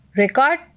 record